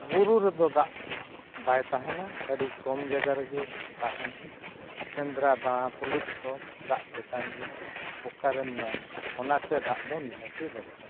ᱵᱩᱨᱩ ᱨᱮᱫᱚ ᱫᱟᱜ ᱵᱟᱭ ᱛᱟᱦᱮᱱᱟ ᱟᱹᱰᱤ ᱠᱚᱢ ᱡᱟᱭᱜᱟ ᱨᱮᱜᱮ ᱛᱟᱦᱮᱱᱟ ᱥᱮᱸᱫᱽᱨᱟ ᱫᱟᱬᱟ ᱛᱩᱞᱩᱡ ᱦᱚᱸ ᱫᱟᱜ ᱛᱮᱛᱟᱝ ᱜᱮᱭᱟ ᱚᱠᱟᱨᱮᱢ ᱧᱟᱢᱟ ᱚᱱᱟᱛᱮ ᱫᱟᱜ ᱫᱚ ᱱᱤᱦᱟᱹᱛᱜᱮ ᱫᱚᱨᱠᱟᱨ ᱜᱮᱭᱟ